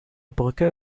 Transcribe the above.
brücke